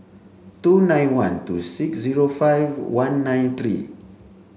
two nine one two six zero five one nine three